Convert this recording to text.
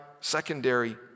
secondary